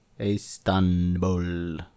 Istanbul